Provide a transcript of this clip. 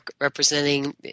representing